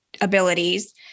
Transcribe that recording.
abilities